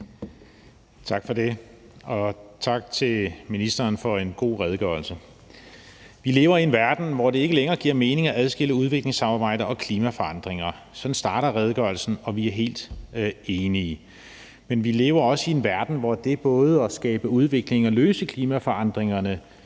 Tak for det, og tak til ministeren for en god redegørelse. »Vi lever i en verden, hvor det ikke længere giver mening at adskille udviklingssamarbejde og klimaforandringer.« Sådan starter redegørelsen, og vi er helt enige. Men vi lever også i en verden, hvor det både at skabe udvikling og løse klimaforandringerne,